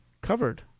covered